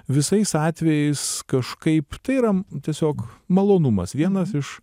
visais atvejais kažkaip tai yra tiesiog malonumas vienas iš